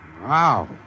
Wow